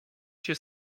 się